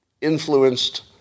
influenced